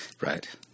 Right